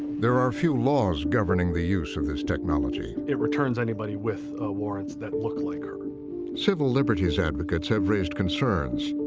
there are few laws governing the use of this technology. it returns anybody with warrants that look like her. narrator civil liberties advocates have raised concerns,